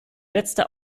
letzte